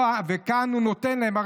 וכאן הוא נותן להם.